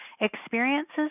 Experiences